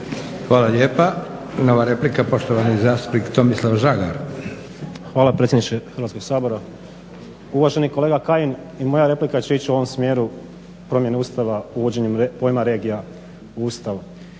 Hvala lijepa. Nova replika poštovani zastupnik Tomislav Žagar. **Žagar, Tomislav (SDP)** Hvala predsjedniče Hrvatskog sabora. Uvaženi kolega Kajin, i moja replika će ići u ovom smjeru promjene Ustava, uvođenjem pojma regija u Ustav.